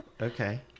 okay